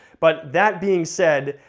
but that being said,